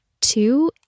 two